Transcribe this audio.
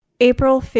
April